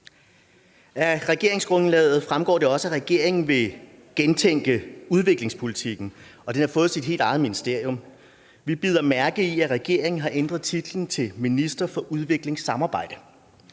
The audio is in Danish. Af regeringsgrundlaget fremgår det også, at regeringen vil gentænke udviklingspolitikken, og den har fået sit helt eget ministerium. Vi bider mærke i, at regeringen har ændret titlen til minister for udviklingssamarbejde.